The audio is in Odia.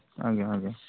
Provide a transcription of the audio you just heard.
ଆଜ୍ଞା ଆଜ୍ଞା